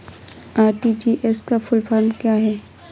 RTGS का full form क्या है?